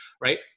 right